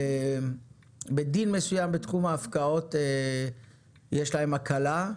בדין מסוים בתחום ההפקעות, יש להן הקלה.